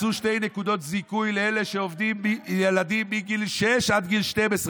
מצאו שתי נקודות זיכוי לאלה שעובדים עם ילדים מגיל שש עד גיל 12,